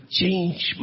change